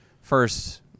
first